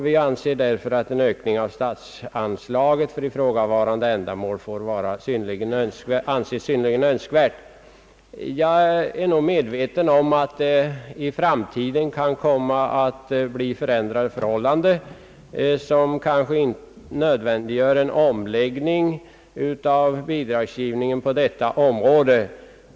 Vi anser därför att en ökning av statsanslaget för ifrågavarande ändamål är synnerligen önskvärt. Jag är medveten om att det i framtiden kan komma att bli förändrade förhållanden, som kanske nödvändiggör en omläggning av bidragsgivningen på detta område.